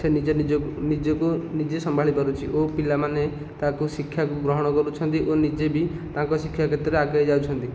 ସେ ନିଜ ନିଜକୁ ନିଜକୁ ନିଜେ ସମ୍ଭାଳି ପାରୁଛି ଓ ପିଲାମାନେ ତାକୁ ଶିକ୍ଷାକୁ ଗ୍ରହଣ କରୁଛନ୍ତି ଓ ନିଜେ ବି ତାଙ୍କ ଶିକ୍ଷା କ୍ଷେତ୍ରରେ ଆଗେଇ ଯାଉଛନ୍ତି